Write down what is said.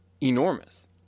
enormous